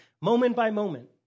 Moment-by-moment